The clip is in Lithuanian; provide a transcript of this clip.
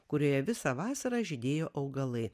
kurioje visą vasarą žydėjo augalai